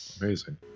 Amazing